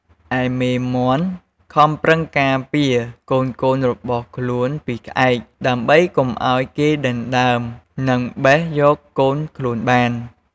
ឯមេមាន់ខំប្រឹងការពារកូនៗរបស់ខ្លួនពីខ្លែង ដើម្បីកុំឱ្យគេដណ្ដើមនិងបេះយកកូនខ្លួនបាន។